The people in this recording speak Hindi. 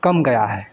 कम गया है